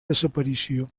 desaparició